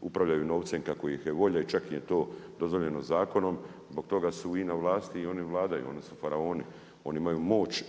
upravljaju novcem kako ih je volja i čak im je to dozvoljeno zakonom. Zbog toga su i na vlasti i oni vladaju, oni su faraoni, oni imaju moć